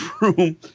room